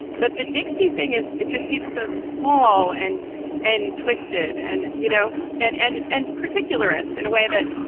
but the dixie thing is it just seems so small and and twisted and, you know, and and and particularist in a way that,